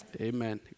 Amen